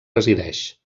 resideix